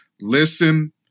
listen